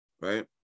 right